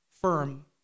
firm